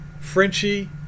Frenchie